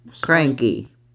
Cranky